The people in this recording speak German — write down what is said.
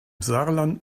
saarland